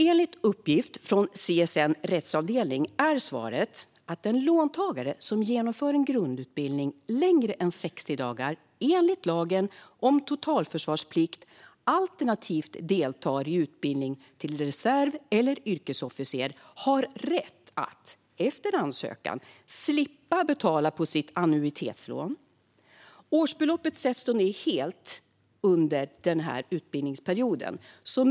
Enligt uppgift från CSN:s rättsavdelning är svaret att en låntagare som genomför en grundutbildning längre än 60 dagar enligt lagen om totalförsvarsplikt alternativt deltar i utbildning till reserv eller yrkesofficer har rätt att, efter ansökan, slippa betala av på sitt annuitetslån. Årsbeloppet sätts då ned helt under utbildningsperioden.